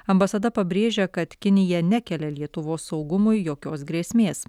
ambasada pabrėžia kad kinija nekelia lietuvos saugumui jokios grėsmės